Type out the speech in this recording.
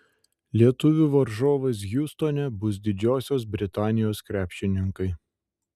lietuvių varžovais hjustone bus didžiosios britanijos krepšininkai